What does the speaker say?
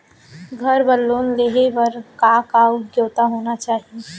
घर बर लोन लेहे बर का का योग्यता होना चाही?